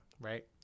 right